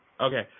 Okay